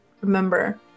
remember